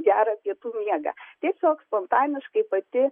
gerą pietų miegą tiesiog spontaniškai pati